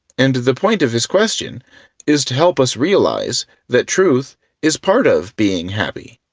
and the point of his question is to help us realize that truth is part of being happy.